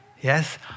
Yes